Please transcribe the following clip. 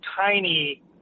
tiny